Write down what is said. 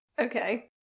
Okay